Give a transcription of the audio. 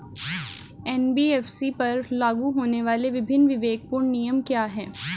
NBFC पर लागू होने वाले विभिन्न विवेकपूर्ण नियम क्या हैं?